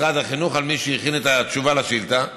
משרד החינוך, על מי שהכין את התשובה לשאילתה.